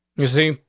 you see,